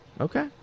Okay